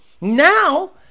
Now